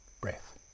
breath